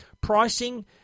Pricing